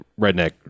redneck